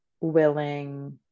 willing